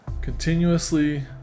continuously